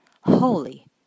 holy